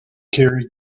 carries